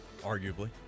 arguably